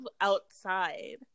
outside